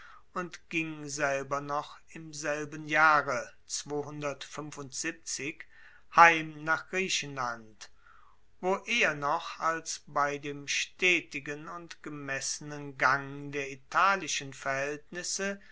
und ging selber noch im selben jahre heim nach griechenland wo eher noch als bei dem stetigen und gemessenen gang der italischen verhaeltnisse